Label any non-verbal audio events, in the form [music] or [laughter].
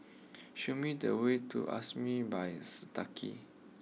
[noise] show me the way to Amaris by Santika